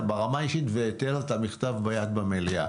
ברמה האישית אתן לה את המכתב ביד במליאה.